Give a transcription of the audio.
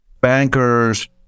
bankers